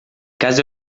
casa